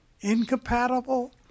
Incompatible